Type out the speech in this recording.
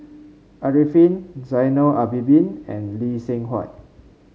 Arifin Zainal Abidin and Lee Seng Huat